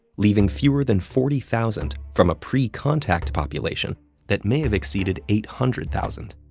leaving fewer than forty thousand from a pre-contact population that may have exceeded eight hundred thousand.